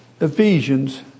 Ephesians